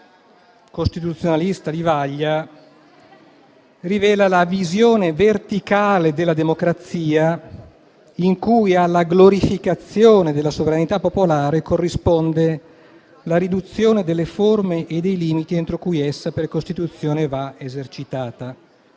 di un costituzionalista di vaglia - la visione verticale della democrazia, in cui alla glorificazione della sovranità popolare corrisponde la riduzione delle forme e dei limiti entro cui essa, per Costituzione, va esercitata.